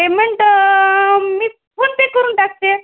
payment मी PhonePe करून टाकते